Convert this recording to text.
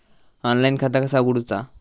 Online खाता कसा उगडूचा?